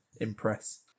impress